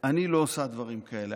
אני לא עושה דברים כאלה.